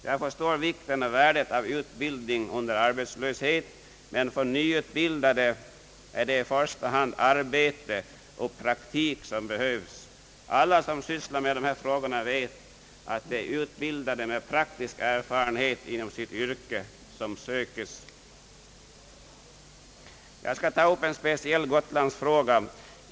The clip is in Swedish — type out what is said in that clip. Jag förstår vikten och värdet av ut bildning under arbetslöshet, men för nyutbildade är det i första hand arbete och praktik som behövs. Alla som sysslår med dessa frågor vet att det är utbildade med praktisk erfarenhet inom sitt yrke som sökes. Jag skall ta upp en speciell Gotlandsfråga.